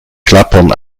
klappern